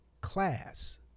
class